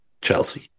Chelsea